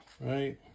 right